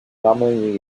commonly